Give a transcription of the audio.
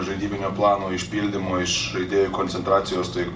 žaidybinio plano išpildymo iš žaidėjų koncentracijos tai